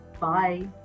bye